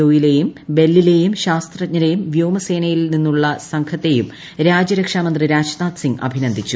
O യിലെയും ബെല്ലിലെയും ശാസ്ത്രജ്ഞരെയും വ്യോമസേനയിൽ നിന്നുള്ള സംഘത്തെയും രാജ്യരക്ഷാമന്ത്രി രാജ്നീീഥ് സിങ് അഭിനന്ദിച്ചു